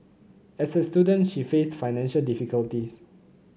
as a student she faced financial difficulties